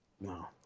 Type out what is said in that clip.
No